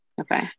Okay